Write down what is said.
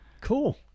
Cool